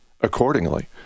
accordingly